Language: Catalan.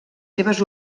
seves